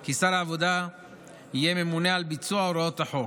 כי שר העבודה יהא ממונה על ביצוע הוראות החוק.